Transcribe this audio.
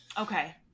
okay